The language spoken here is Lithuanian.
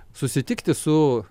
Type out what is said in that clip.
susitikti su